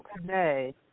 today